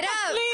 מירב.